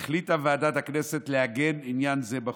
החליטה ועדת הכנסת לעגן עניין זה בחוק.